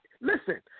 listen